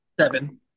Seven